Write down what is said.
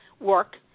work